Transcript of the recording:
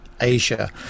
Asia